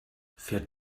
fährt